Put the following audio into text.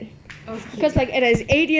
okay